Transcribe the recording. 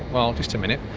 well, just a minute,